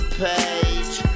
page